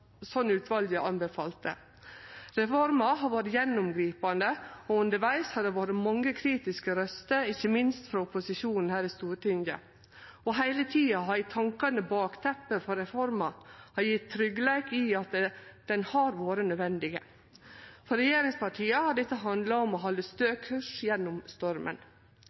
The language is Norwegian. anbefalte. Reforma har vore gjennomgripande, og undervegs har det vore mange kritiske røyster, ikkje minst frå opposisjonen her i Stortinget. Heile tida å ha i tankane bakteppet for reforma har gjeve tryggleik for at ho har vore nødvendig. For regjeringspartia har dette handla om å halde stø kurs gjennom stormen.